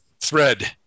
thread